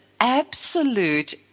absolute